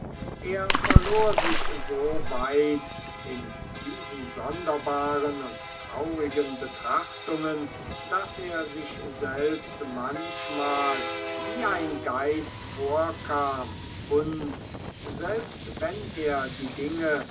er verlor sich so weit in diesen sonderbaren und traurigen betrachtungen daß er sich selbst manchmal wie ein geist vorkam und selbst wenn er die dinge